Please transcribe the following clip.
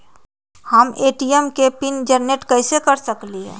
हम ए.टी.एम के PIN generate कईसे कर सकली ह?